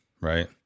right